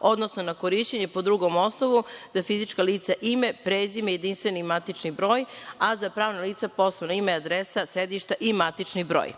odnosno na korišćenje po drugom osnovu, da fizičko lice, ime, prezime, JMBG, a za pravna lica poslovno ime, adresa, sedišta i matični broj.